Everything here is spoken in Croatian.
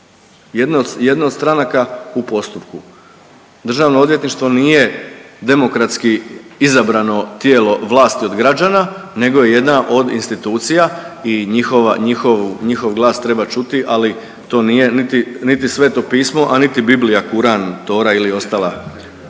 jedno od stranaka u postupku. DORH nije demokratski izabrano tijelo vlasti od građana, nego je jedna od institucija i njihova, njihov glas treba čuti, ali to nije niti Sveto pismo, a niti Biblija, Kuraan, Tora ili ostala